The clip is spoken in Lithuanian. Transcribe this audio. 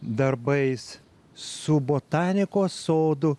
darbais su botanikos sodu